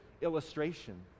illustration